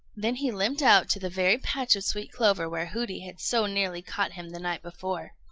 then he limped out to the very patch of sweet clover where hooty had so nearly caught him the night before.